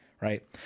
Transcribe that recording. right